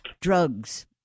drugs